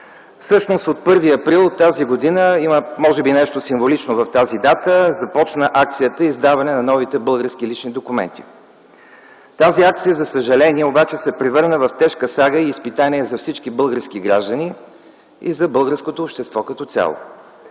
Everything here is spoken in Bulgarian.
Всъщност от 1 април т.г. има може би нещо символично в тази дата, но започна акцията „Издаване на новите български лични документи”. Тази акция за съжаление обаче се превърна в тежка сага и изпитание са всички български граждани и за българското общество като цяло